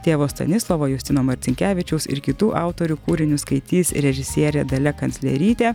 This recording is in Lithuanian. tėvo stanislovo justino marcinkevičiaus ir kitų autorių kūrinius skaitys režisierė dalia kanclerytė